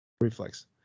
Reflex